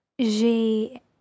j'ai